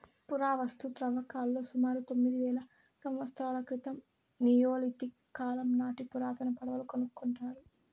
పురావస్తు త్రవ్వకాలలో సుమారు తొమ్మిది వేల సంవత్సరాల క్రితం నియోలిథిక్ కాలం నాటి పురాతన పడవలు కనుకొన్నారు